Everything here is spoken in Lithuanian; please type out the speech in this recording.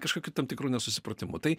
kažkokiu tam tikru nesusipratimu tai